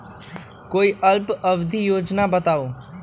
कोई अल्प अवधि योजना बताऊ?